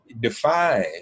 define